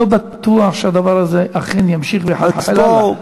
לא בטוח שהדבר הזה אכן ימשיך ויחלחל הלאה.